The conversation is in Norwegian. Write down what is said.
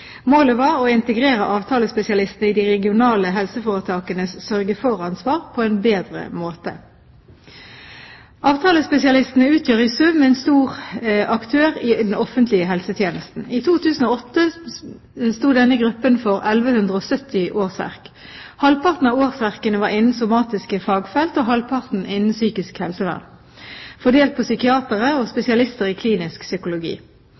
Målet var å integrere avtalespesialistene i de regionale helseforetakenes sørge for-ansvar på en bedre måte. Avtalespesialistene utgjør i sum en stor aktør i den offentlige helsetjenesten. I 2008 sto denne gruppen for 1 170 årsverk. Halvparten av årsverkene var innen somatiske fagfelt og halvparten innen psykisk helsevern – fordelt på psykiatere og spesialister i klinisk psykologi.